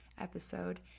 episode